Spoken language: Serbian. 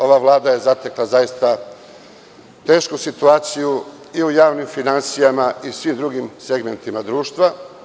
Ova vlada je zatekla zaista tešku situaciju i u javnim finansijama i u svim drugim segmentima društva.